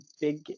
big